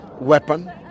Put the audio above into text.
weapon